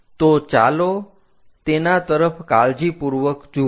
તો ચાલો તેના તરફ કાળજીપૂર્વક જુઓ